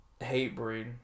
Hatebreed